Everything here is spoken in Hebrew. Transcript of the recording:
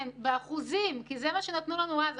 כן, באחוזים, כי זה מה שנתנו לנו אז.